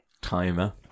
Timer